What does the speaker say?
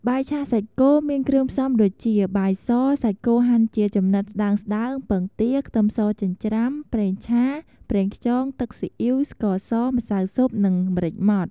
បាយឆាសាច់គោមានគ្រឿងផ្សំដូចជា បាយស សាច់គោហាន់ជាចំណិតស្តើងៗ ពងទា ខ្ទឹមសចិញ្ច្រាំ ប្រេងឆា ប្រេងខ្យង ទឹកស៊ីអ៊ីវ ស្ករស ម្សៅស៊ុប និង ម្រេចម៉ដ្ឋ។